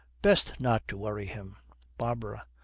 best not to worry him barbara.